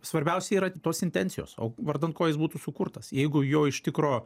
svarbiausia yra tos intencijos o vardan ko jis būtų sukurtas jeigu jo iš tikro